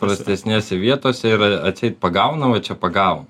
prastesnėse vietose ir atseit pagauna va čia pagavom